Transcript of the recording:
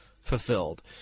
fulfilled